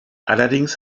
allerdings